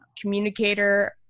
communicator